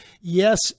yes